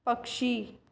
पक्षी